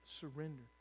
Surrender